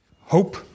Hope